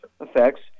Effects